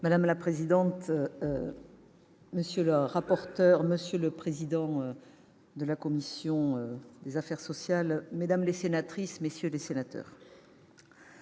Madame la présidente, monsieur le rapporteur, monsieur le président de la commission des affaires sociales, mesdames, messieurs les sénateurs,